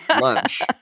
lunch